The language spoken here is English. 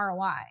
ROI